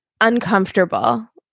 Uncomfortable